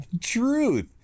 truth